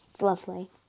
Lovely